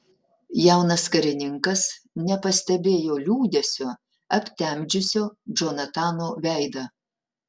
jaunas karininkas nepastebėjo liūdesio aptemdžiusio džonatano veidą